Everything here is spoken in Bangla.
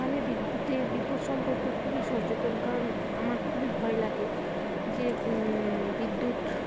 আমি বিদ্যুতের বিপদ সম্পর্কে খুবই সচেতন কারণ আমার খুবই ভয় লাগে যে বিদ্যুৎ